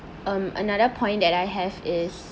um another point that I have is